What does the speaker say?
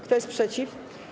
Kto jest przeciw?